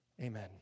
Amen